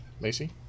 Macy